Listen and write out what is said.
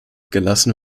gelassen